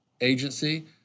agency